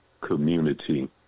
community